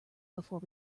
before